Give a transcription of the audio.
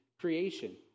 creation